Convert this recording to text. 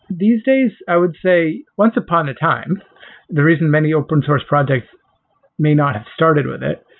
these days, i would say once upon a time the reason many open-source projects may not have started with it,